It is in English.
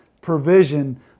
provision